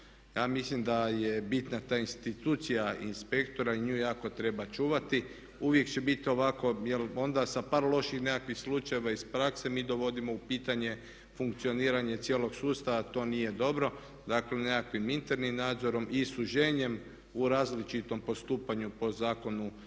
Ja mislim da je bitna ta institucija inspektora i nju jako treba čuvati. Uvijek će biti ovako, jer onda sa par loših nekakvih slučajeva iz prakse mi dovodimo u pitanje funkcioniranje cijelog sustava a to nije dobro, dakle nekakvim internim nadzorom i suženjem u različitom postupanju po zakonu